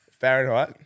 Fahrenheit